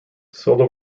solo